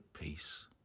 peace